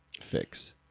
fix